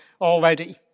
already